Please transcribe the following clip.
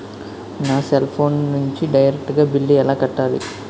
నా cell phone నుంచి direct గా బిల్లు ఎలా కట్టాలి?